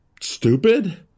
stupid